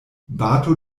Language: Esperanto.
bato